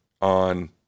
on